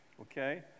Okay